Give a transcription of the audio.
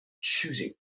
choosing